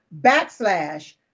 backslash